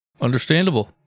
Understandable